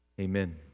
Amen